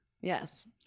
Yes